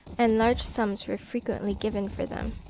and large sums were frequently given for them.